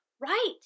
Right